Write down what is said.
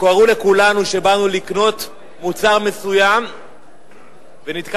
שקרו לכולנו כשבאנו לקנות מוצר מסוים ונתקלנו